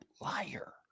liar